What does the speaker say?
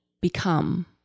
Become